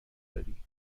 داری